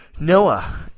Noah